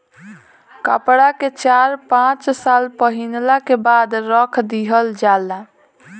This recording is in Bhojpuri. कपड़ा के चार पाँच साल पहिनला के बाद रख दिहल जाला